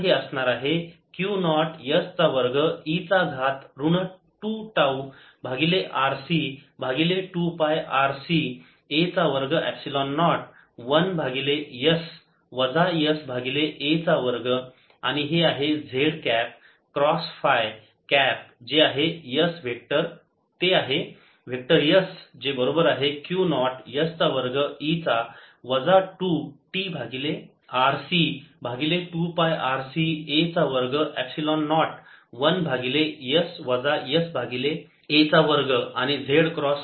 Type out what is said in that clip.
तर हे असणार आहे Q नॉट s चा वर्ग e चा घात ऋण 2 टाऊ भागिले RC भागिले 2 पाय RC a चा वर्ग एपसिलोन नॉट 1 भागिले s वजा s भागिले a चा वर्ग आणि हे आहे z cap cross phi cap जे आहे s वेक्टर ते आहे वेक्टर s जे बरोबर आहे Q नॉट s चा वर्ग e चा वजा 2 t भागिले RC भागिले 2 पाय RC a चा वर्ग एपसिलोन नॉट 1 भागिले s वजा s भागिले a चा वर्ग आणि z क्रॉस फाय हे आहे ऋण r कॅप